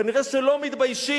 כנראה לא מתביישים.